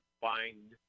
find